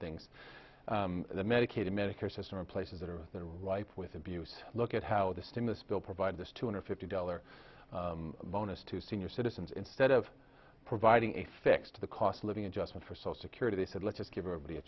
things the medicaid medicare system in places that are ripe with abuse look at how the stimulus bill provides this two hundred fifty dollar bonus to senior citizens instead of providing a fix to the cost of living adjustment for social security they said let's just give everybody a